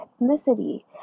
ethnicity